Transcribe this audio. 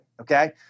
okay